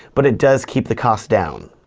but it does keep the cost down.